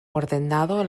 ordenado